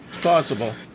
Possible